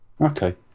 Okay